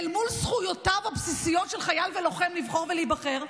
אל מול זכויותיו הבסיסיות של חייל ולוחם לבחור ולהיבחר,